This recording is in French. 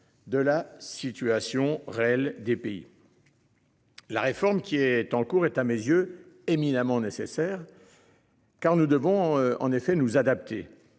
de la situation réelle des pays. La réforme qui est en cours est à mes yeux éminemment nécessaire. Car nous devons en effet nous adapter